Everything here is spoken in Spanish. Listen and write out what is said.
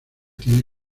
tiene